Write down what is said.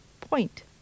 point